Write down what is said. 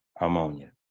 ammonia